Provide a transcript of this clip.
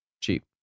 cheap